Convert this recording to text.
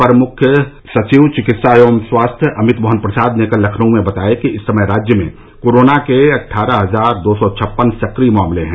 अपर मुख्य सचिव चिकित्सा एवं स्वास्थ्य अमित मोहन प्रसाद ने कल लखनऊ में बताया कि इस समय राज्य में कोरोना के अट्ठारह हजार दो सौ छप्पन सक्रिय मामले हैं